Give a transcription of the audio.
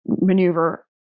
maneuver